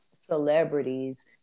celebrities